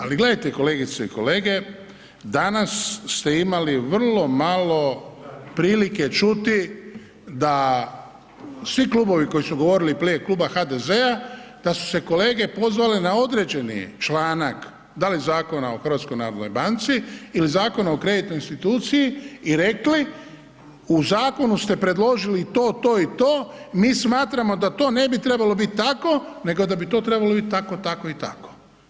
Ali gledajte kolegice i kolege, danas ste imali vrlo malo prilike čuti da svi klubovi koji su govorili prije Kluba HDZ-a da su se kolege pozvale na određeni članak, da li Zakona o HNB-u ili Zakona o kreditnoj instituciji i rekli u zakonu ste predložili to, to i to, mi smatramo da to ne bi trebalo biti tako, nego da bi to trebalo biti tako, tako i tako.